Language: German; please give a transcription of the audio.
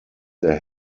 der